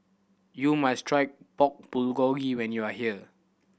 you must try Pork Bulgogi when you are here